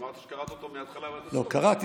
אמרת שקראת אותו מהתחלה ועד הסוף, למצוא את זה.